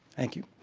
thank you.